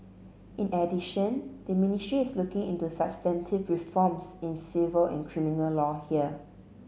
in addition the ministry is looking into substantive reforms in civil and criminal law here